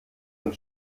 und